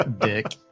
Dick